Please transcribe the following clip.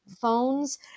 phones